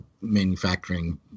manufacturing